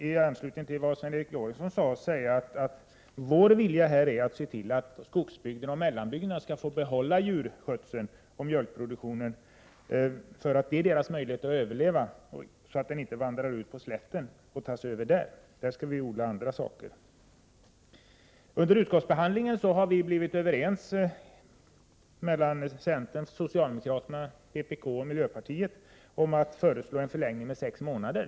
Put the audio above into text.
I anslutning till vad Sven Eric Lorentzon sade kan jag säga att vår vilja är att man skall se till att skogsbygderna och mellanbygderna får behålla djurskötseln och mjölkproduktionen, eftersom det är deras möjlighet att överleva, så att denna djurskötsel inte förs över till slätten, där man kan odla andra saker. Under utskottsbehandlingen har centern, socialdemokraterna, vpk och miljöpartiet kommit överens om att man skall föreslå en förlängning med sex månader.